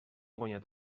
guanyat